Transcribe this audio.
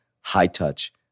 high-touch